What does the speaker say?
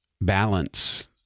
balance